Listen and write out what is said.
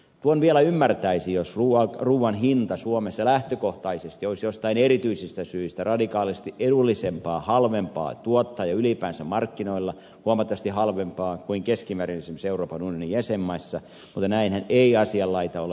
tuon vielä ymmärtäisi jos suomessa lähtökohtaisesti jostain erityisistä syistä olisi radikaalisti edullisempaa halvempaa tuottaa ruokaa ja ylipäänsä markkinoilla ruoka olisi huomattavasti halvempaa kuin keskimäärin esimerkiksi euroopan unionin jäsenmaissa mutta näinhän ei asianlaita ole